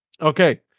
Okay